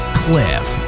cliff